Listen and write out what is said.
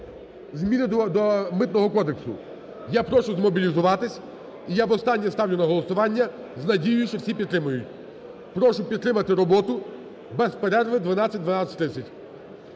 зміни до Митного кодексу. Я прошу змобілізуватись. І я востаннє ставлю на голосування з надією, що всі підтримають. Прошу підтримати роботу без перерви в 12-12:30.